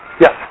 Yes